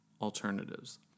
alternatives